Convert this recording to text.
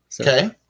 Okay